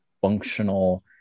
functional